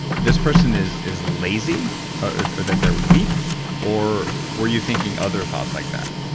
this person is is lazy or or that they're weak or were you thinking other thoughts like that?